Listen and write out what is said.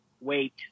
Wait